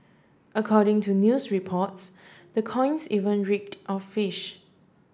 according to news reports the coins even reeked of fish